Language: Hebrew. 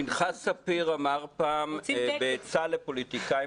פנחס ספיר אמר פעם בעצה לפוליטיקאים